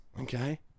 Okay